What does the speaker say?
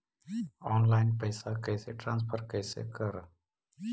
Online पैसा कैसे transfer कैसे कर?